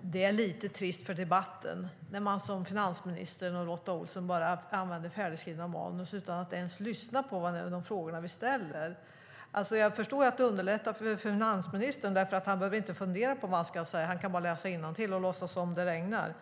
Det är lite trist för debatten när finansministern och Lotta Olsson använder färdigskrivna manus utan att ens lyssna på de frågor vi ställer. Jag förstår att det underlättar för finansministern därför att han inte behöver fundera över vad han ska säga. Han kan läsa innantill och låtsas som att det regnar.